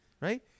right